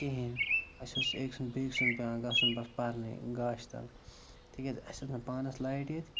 کِہیٖنۍ اَسہِ اوس أکۍ سُنٛد بیٚکہِ سُنٛد پٮ۪وان گژھُن بَس پَرنے گاشہِ تَل تِکیٛازِ اَسہِ ٲس نہٕ پانَس لایِٹ ییٚتہِ